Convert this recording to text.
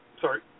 Sorry